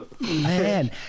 Man